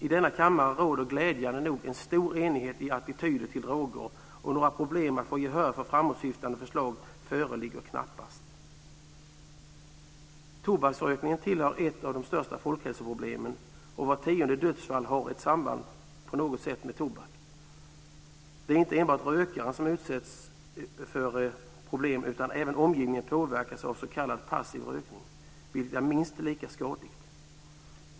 I denna kammare råder glädjande nog en stor enighet i attityder till droger och några problem att få gehör för framåtsyftande förslag föreligger knappast. Tobaksrökningen tillhör ett av de största folkhälsoproblemen, och vart tionde dödsfall har på något sätt ett samband med tobak. Det är inte enbart rökaren som utsätts för problem, utan även omgivningen påverkas av s.k. passiv rökning, vilken är minst lika skadlig.